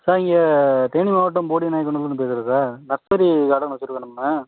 sir இங்கே தேனி மாவட்டம் போடியநாயக்கனூர்லேருந்து பேசுகிறேன் சார் நர்சரி கார்டன் வச்சுருக்கோம் நம்ம